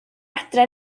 adre